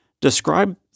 describe